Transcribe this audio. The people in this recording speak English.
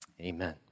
amen